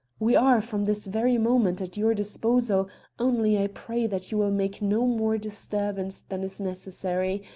we are, from this very moment, at your disposal only i pray that you will make no more disturbance than is necessary,